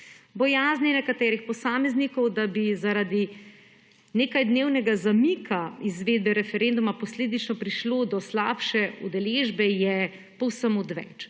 Bojazni nekaterih posameznikov, da bi zaradi nekaj dnevnega zanika izvedbe referenduma posledično prišlo do slabše udeležbe je povsem odveč.